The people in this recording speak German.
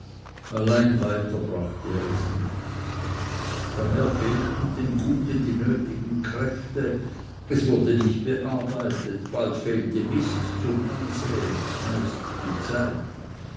allein weiter brachte er es nicht daher fehlten dem gute die nötigen kräfte es wurde nicht bearbeitet bald fehlte mist zum ansäen meist die zeit